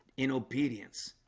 in obedience